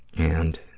and,